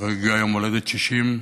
שחגגה יום הולדת 60,